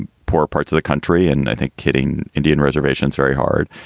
poor parts of the country and i think kitting indian reservations very hard.